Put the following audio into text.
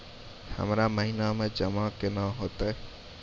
हमरा महिना मे जमा केना हेतै?